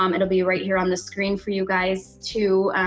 um it'll be right here on the screen for you guys too.